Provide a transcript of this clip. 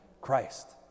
Christ